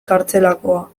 kartzelakoa